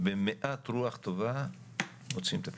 שבמעט רוח טובה מוצאים את הפתרון,